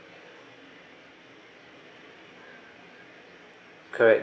correct